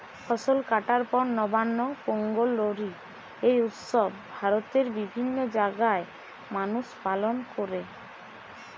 ফসল কাটার পর নবান্ন, পোঙ্গল, লোরী এই উৎসব ভারতের বিভিন্ন জাগায় মানুষ পালন কোরে